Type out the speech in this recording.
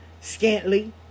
scantly